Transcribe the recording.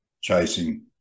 chasing